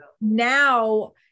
now